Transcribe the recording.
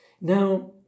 Now